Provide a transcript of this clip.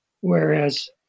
whereas